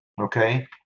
Okay